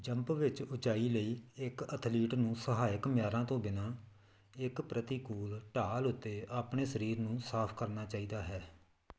jump ਵਿੱਚ ਉੱਚਾਈ ਲਈ ਇੱਕ ਅਥਲੀਟ ਨੂੰ ਸਹਾਇਕ ਮਿਆਰਾਂ ਤੋਂ ਬਿਨਾ ਇੱਕ ਪ੍ਰਤੀਕੂਲ ਢਾਲ ਉੱਤੇ ਆਪਣੇ ਸਰੀਰ ਨੂੰ ਸਾਫ਼ ਕਰਨਾ ਚਾਹੀਦਾ ਹੈ